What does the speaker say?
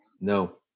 No